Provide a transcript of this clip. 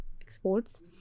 exports